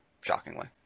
shockingly